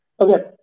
Okay